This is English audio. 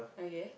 okay